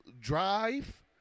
drive